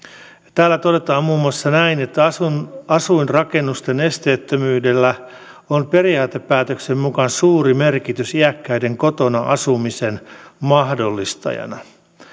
täällä todetaan muun muassa näin asuinrakennusten esteettömyydellä on periaatepäätöksen mukaan suuri merkitys iäkkäiden kotona asumisen mahdollistajana